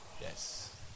Yes